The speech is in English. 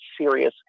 serious